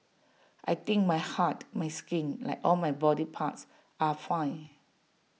I think my heart my skin like all my body parts are fine